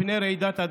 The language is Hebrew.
זה מפריע.